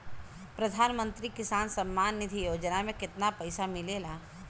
प्रधान मंत्री किसान सम्मान निधि योजना में कितना पैसा मिलेला?